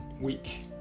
week